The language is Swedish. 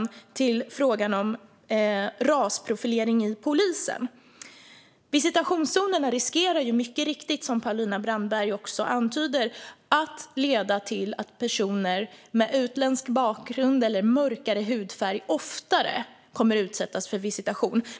När det gäller frågan om rasprofilering hos polisen riskerar visitationszonerna, som Paulina Brandberg mycket riktigt också antyder, att leda till att personer med utländsk bakgrund eller mörkare hudfärg oftare kommer att utsättas för visitation.